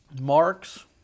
Marks